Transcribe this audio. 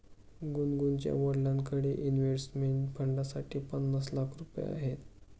गुनगुनच्या वडिलांकडे इन्व्हेस्टमेंट फंडसाठी पन्नास लाख रुपये आहेत